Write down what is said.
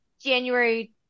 January